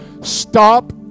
Stop